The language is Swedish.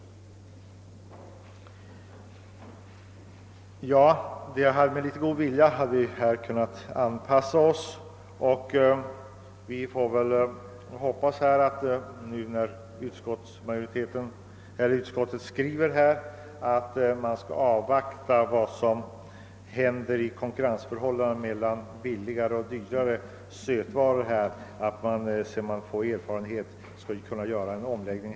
Med litet god vilja hade man här kunnat anpassa sig till de övriga nordiska länderna. Utskottet skriver emellertid att man skall avvakta erfarenheter av inverkan på konkurrensförhållandet mellan billigare och dyrare sötvaror av beskattningens omläggning.